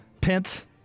Pence